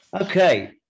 Okay